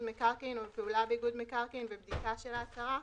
מקרקעין או פעולה באיגוד מקרקעין ובדיקה של ההצהרה.